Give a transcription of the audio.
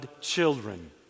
children